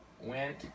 went